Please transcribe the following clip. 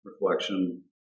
reflection